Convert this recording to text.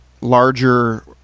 larger